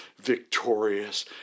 victorious